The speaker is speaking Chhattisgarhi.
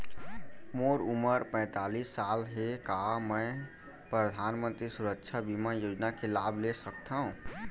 मोर उमर पैंतालीस साल हे का मैं परधानमंतरी सुरक्षा बीमा योजना के लाभ ले सकथव?